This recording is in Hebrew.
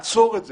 לעצור את זה.